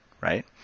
right